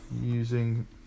using